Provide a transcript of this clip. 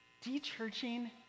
de-churching